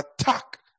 attack